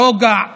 רוגע,